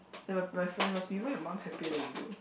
then my my friends ask me why your mum happier than you